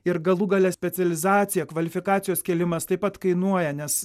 ir galų gale specializacija kvalifikacijos kėlimas taip pat kainuoja nes